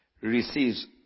receives